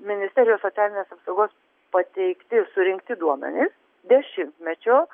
ministerijos socialinės apsaugos pateikti surinkti duomenys dešimtmečio